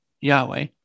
Yahweh